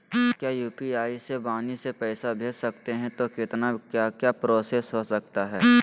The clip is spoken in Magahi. क्या यू.पी.आई से वाणी से पैसा भेज सकते हैं तो कितना क्या क्या प्रोसेस हो सकता है?